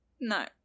No